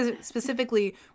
specifically